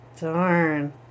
Darn